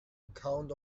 account